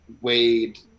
Wade